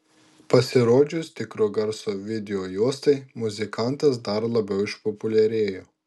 pasirodžius tikro garso videojuostai muzikantas dar labiau išpopuliarėjo